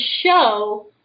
show